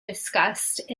discussed